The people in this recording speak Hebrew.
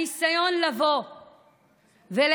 הניסיון לבוא ולהטיל